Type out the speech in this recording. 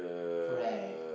correct